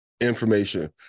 information